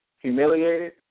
humiliated